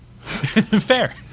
Fair